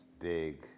Big